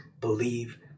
believe